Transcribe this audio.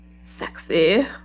Sexy